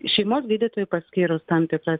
šeimos gydytojui paskyrus tam tikras